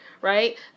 right